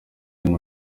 n’uyu